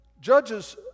Judges